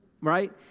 right